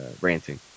ranting